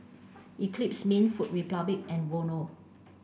Eclipse Mints Food Republic and Vono